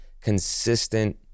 consistent